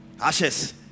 ashes